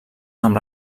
amb